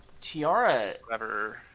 Tiara